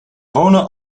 wonen